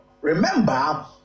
remember